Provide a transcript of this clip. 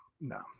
no